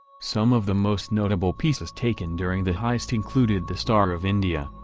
some of the most notable pieces taken during the heist included the star of india,